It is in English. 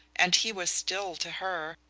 and he was still to her,